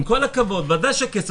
עם כל הכבוד, בוודאי שעולה כסף.